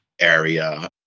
area